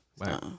Wow